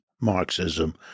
Marxism